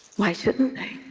why shouldn't